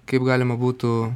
kaip galima būtų